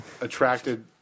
attracted